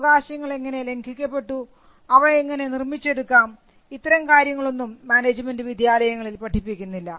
അവകാശങ്ങൾ എങ്ങനെ ലംഘിക്കപ്പെട്ടു അവ എങ്ങനെ നിർമ്മിച്ചെടുക്കാം ഇത്തരം കാര്യങ്ങളൊന്നും മാനേജ്മെൻറ് വിദ്യാലയങ്ങളിൽ പഠിപ്പിക്കുന്നില്ല